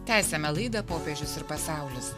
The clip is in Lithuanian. tęsiame laidą popiežius ir pasaulis